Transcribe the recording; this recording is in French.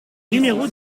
numéro